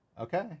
Okay